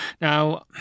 Now